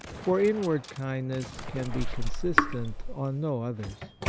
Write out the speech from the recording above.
for in ward kindness can be consistent on no others.